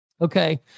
Okay